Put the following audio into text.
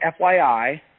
FYI